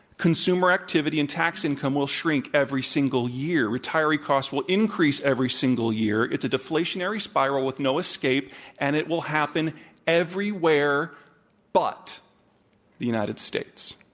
consumer activity and tax income will shrink every single year. retiree costs will increase every single year. it's a deflationary spiral with no escape and it will happen everywhere but the united states.